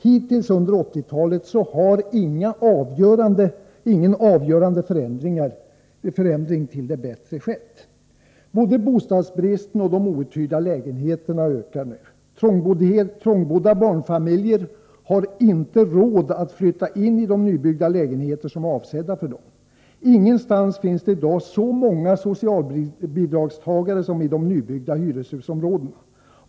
Hittills under 1980-talet har ingen avgörande förändring till det bättre skett. Både bostadsbristen och antalet outhyrda lägenheter ökar nu. Trångbodda barnfamiljer har inte råd att flytta in i de nybyggda lägenheter som är avsedda för dem. Ingenstans finns det i dag så många socialbidragstagare som i de nybyggda hyreshusområdena.